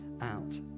out